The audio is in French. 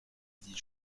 dit